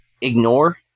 ignore